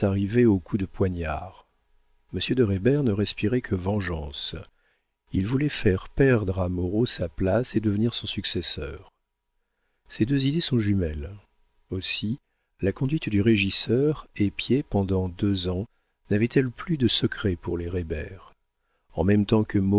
aux coups de poignard monsieur de reybert ne respirait que vengeance il voulait faire perdre à moreau sa place et devenir son successeur ces deux idées sont jumelles aussi la conduite du régisseur épiée pendant deux ans n'avait-elle plus de secrets pour les reybert en même temps que